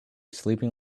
sleeping